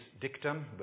dictum